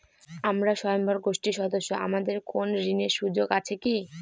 আমরা স্বয়ম্ভর গোষ্ঠীর সদস্য আমাদের কোন ঋণের সুযোগ আছে কি?